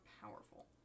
powerful